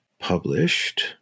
published